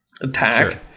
attack